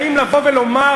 האם לבוא ולומר